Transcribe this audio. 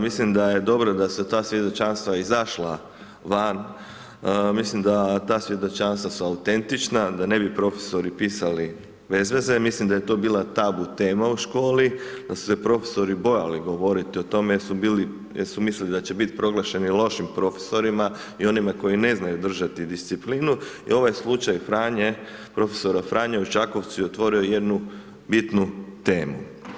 Mislim da je dobro da su ta svjedočanstva izašla van, mislim da ta svjedočanstva su autentična, da ne bi profesori pisali bez veze, mislim da je to bila tabu tema u školi, da su se profesori bojali govoriti o tome jer su bili, jer su mislili da će biti proglašeni lošim profesorima i onima koji ne znaju držati disciplinu i ovaj slučaj Franje, profesora Franje u Čakovcu je otvorio jednu bitnu temu.